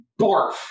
barf